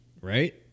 right